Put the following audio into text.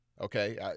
Okay